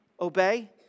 obey